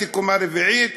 עליתי לקומה רביעית,